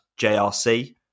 JRC